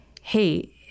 hey